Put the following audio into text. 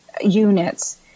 units